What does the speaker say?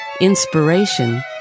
inspiration